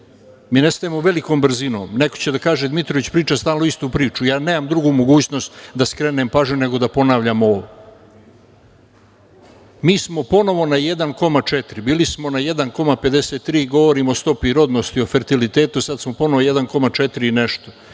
Mi nestajemo velikom brzinom. Neko će da kaže Dmitrović priča stalno istu priču. Ja nemam drugu mogućnost da skrenem pažnju nego da ponavljam ovo. Mi smo ponovo na 1,4, bili smo na 1,53, govorim o stopi rodnosti o fertilitetu, sada smo ponovo 1,4 i nešto.